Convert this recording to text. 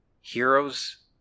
Heroes